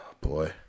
Boy